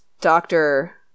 doctor